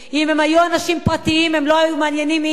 אם הם היו אנשים פרטיים, הם לא היו מעניינים איש.